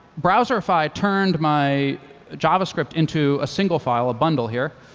browserify turned my javascript into a single file, a bundle here,